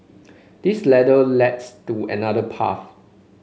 this ladder leads to another path